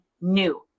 new